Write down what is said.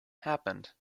happened